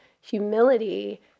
humility